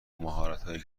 مهارتهایی